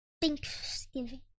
thanksgiving